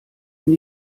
bin